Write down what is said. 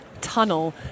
tunnel